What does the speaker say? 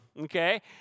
Okay